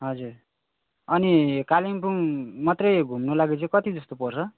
हजुर अनि कालिम्पोङ मात्रै घुम्नु लागि चाहिँ कति जस्तो पर्छ